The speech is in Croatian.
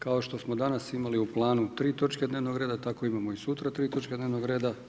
Kao što smo danas imali u planu 3 točke dnevnog reda, tako imamo i sutra 3 točke dnevnog reda.